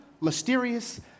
mysterious